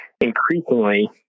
increasingly